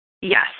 Yes